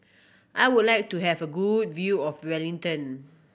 I would like to have a good view of Wellington